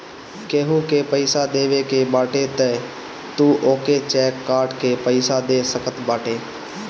केहू के पईसा देवे के बाटे तअ तू ओके चेक काट के पइया दे सकत बाटअ